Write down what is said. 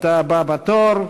אתה הבא בתור,